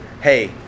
hey